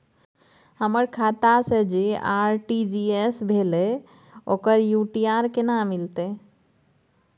हमर खाता से जे आर.टी.जी एस भेलै ओकर यू.टी.आर केना मिलतै?